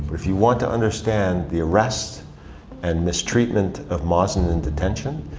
if you want to understand the arrest and mistreatment of mazen in detention,